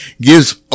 gives